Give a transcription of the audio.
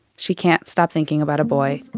she can't stop thinking about a boy.